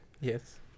Yes